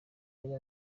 yari